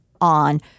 on